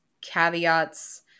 caveats